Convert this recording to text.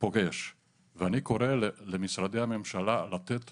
פוגש ואני קורא למשרדי הממשלה לתת